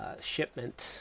shipment